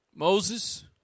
Moses